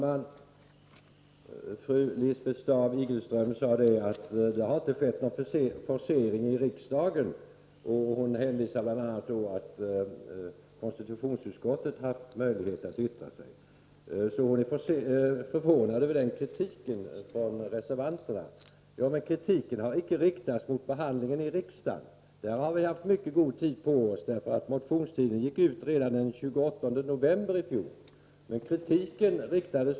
Herr talman! Fru Staaf-Igelström sade att det inte har skett någon forcering av detta ärende i riksdagen. Hon hänvisade bl.a. till att konstitutionsutskottet har haft möjlighet att yttra sig. Hon var förvånad över reservanternas kritik. Ja, men kritiken har inte riktats mot behandlingen i riksdagen. Där har vi haft mycket god tid på oss. Motionstiden gick ut redan den 28 november i fjol.